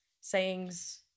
sayings